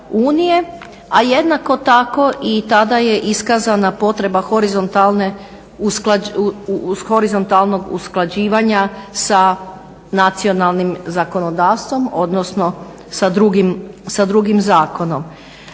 A jednako tako i tada je iskazana potreba horizontalne, horizontalnog usklađivanja sa nacionalnim zakonodavstvom, odnosno sa drugim zakonom.